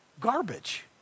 garbage